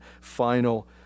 final